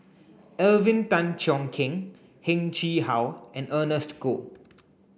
Alvin Tan Cheong Kheng Heng Chee How and Ernest Goh